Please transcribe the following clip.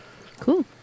Cool